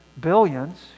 billions